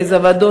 איזה ועדות,